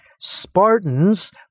Spartans